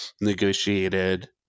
negotiated